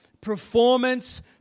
performance